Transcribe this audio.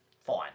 fine